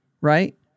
right